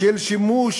של שימוש